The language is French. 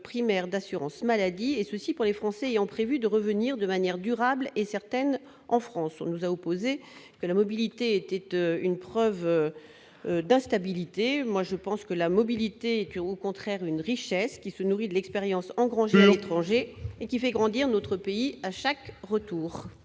primaire d'assurance maladie et ceci pour les Français ont prévu de revenir de manière durable et certaine, en France, on nous a opposé que la mobilité tête une preuve d'instabilité, moi je pense que la mobilité au contraire une richesse qui se nourrit de l'expérience étrangers et qui fait grandir notre pays à chaque retour.